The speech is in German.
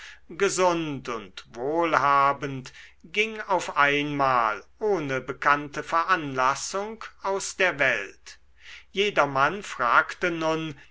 gesund und wohlhabend ging auf einmal ohne bekannte veranlassung aus der welt jedermann fragte nun